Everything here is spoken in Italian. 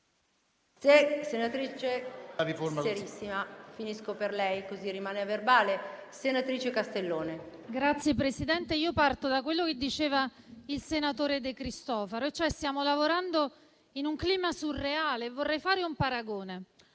Signora Presidente, parto da quello che diceva il senatore De Cristofaro, ossia che stiamo lavorando in un clima surreale. Vorrei fare un paragone.